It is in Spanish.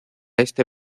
este